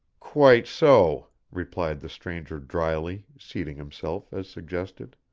quite so, replied the stranger dryly, seating himself as suggested,